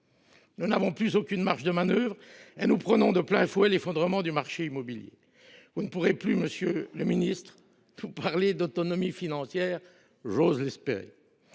Nous n’avons plus aucune marge de manœuvre et nous prenons de plein fouet l’effondrement du marché de l’immobilier. Vous ne pourrez plus, monsieur le ministre, parler d’autonomie financière ; j’ose du